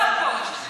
1984 פה.